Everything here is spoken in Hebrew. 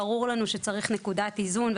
ברור לנו שצריך נקודת איזון,